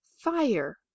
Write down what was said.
fire